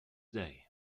day